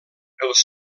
els